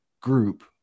group